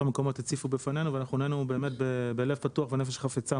המקומיות הציפו בפנינו ואנחנו נענינו באמת בלב פתוח ובנפש חפצה,